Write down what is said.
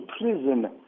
prison